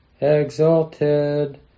exalted